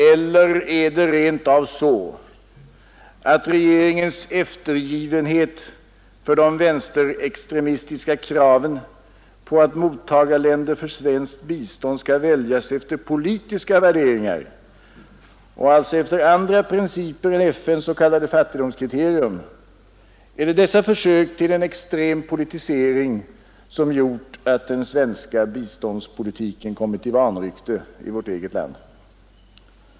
Eller är det rent av så att regeringens eftergivenhet för de vänsterextremistiska kraven på att mottagarländer för svenskt bistånd skall väljas efter politiska värderingar och alltså efter andra principer än FN:s s.k. fattigdomskriterium; är det dessa försök till en extrem politisering som gjort att den svenska biståndspolitiken kommit i vanrykte i vårt eget land?